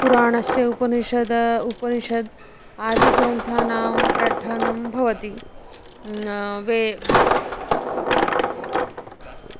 पुराणस्य उपनिषदः उपनिषद् आदिग्रन्थानां पठनं भवति वे